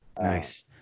Nice